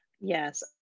Yes